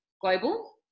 global